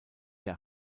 der